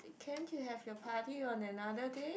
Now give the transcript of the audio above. can't you have your party on another day